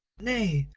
nay,